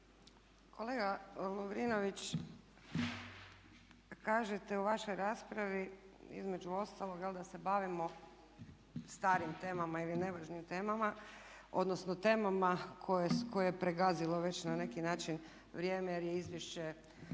Kolega Lovrinović kažete u vašoj raspravi, između ostalog jel', da se bavimo starim temama ili nevažnim temama odnosno temama koje je pregazilo već na neki način vrijeme jer je većina